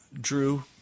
Drew